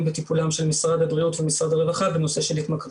בטיפולם של משרד הבריאות ומשרד הרווחה בנושא של התמכרות.